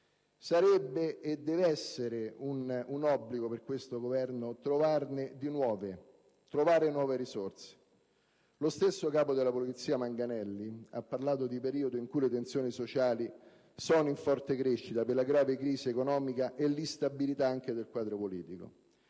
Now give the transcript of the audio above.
sacrificio. Deve essere un obbligo per questo Governo trovare nuove risorse. Lo stesso capo della Polizia, Manganelli, ha parlato di un periodo in cui le tensioni sociali sono in forte crescita per la grave crisi economica e l'instabilità del quadro politico: